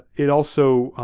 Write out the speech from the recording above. it also